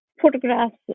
Photographs